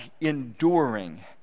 enduring